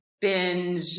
binge